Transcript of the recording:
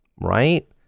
right